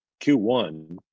q1